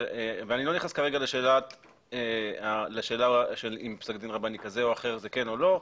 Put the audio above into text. ואני לא נכנס כרגע לשאלה אם פסק דין רבני כזה או אחר זה כן או לא,